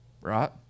right